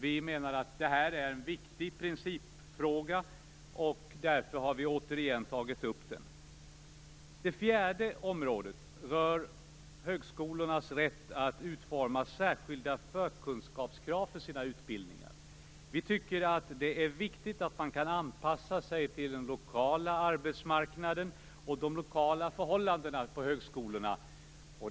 Vi menar att det är en viktig principfråga. Därför har vi återigen tagit upp den. Den fjärde punkten rör högskolornas rätt att utforma särskilda förkunskapskrav för sina utbildningar. Vi tycker att det är viktigt att man kan anpassa sig till den lokala arbetsmarknaden och de lokala förhållandena på högskolorna.